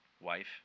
Wife